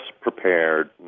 prepared